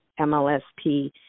mlsp